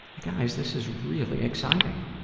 you guys, this is really exciting!